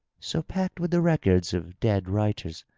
so packed with the records of dead writers.